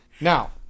Now